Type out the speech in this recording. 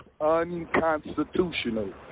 unconstitutional